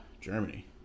Germany